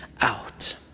out